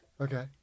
okay